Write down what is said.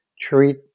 treat